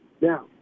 Now